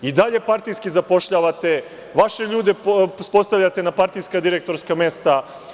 I dalje partijski zapošljavate, vaše ljude postavljate na partijska direktorska mesta.